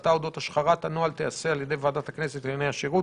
ההחלטה אודות השחרת הנוהל תיעשה על ידי ועדת הכנסת לענייני השירות.